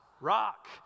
rock